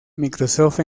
microsoft